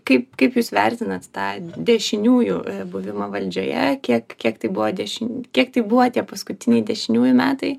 kaip kaip jūs vertinat tą dešiniųjų buvimą valdžioje kiek kiek tai buvo dešin kiek tai buvo tie paskutiniai dešiniųjų metai